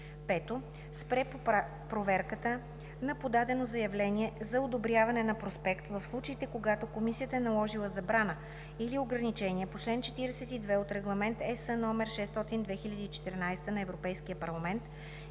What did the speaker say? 5. спре проверката на подадено заявление за одобряване на проспект в случаите, когато комисията е наложила забрана или ограничение по чл. 42 от Регламент (ЕС) № 600/2014 на Европейския парламент